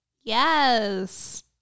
Yes